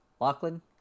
Lachlan